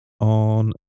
on